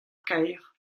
kaer